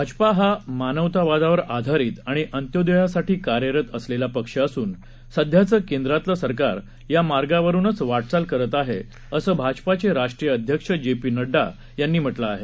भाजपा हा मानवतावादावर आधारित आणि अंत्योयदयासाठी कार्यरत असलेला पक्ष असून सध्याचं केंद्रातल सरकार या मार्गावरुनचं वाटचाल करत आहे असं भाजपाचे राष्ट्रीय अध्यक्ष जेपी नड्डा यांनी म्हटलं आहे